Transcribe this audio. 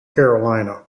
carolina